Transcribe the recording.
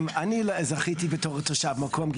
אני זכיתי בתור תושב מקום,